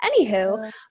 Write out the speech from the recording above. anywho